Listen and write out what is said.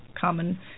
common